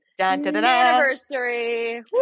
Anniversary